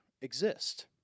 exist